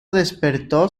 despertó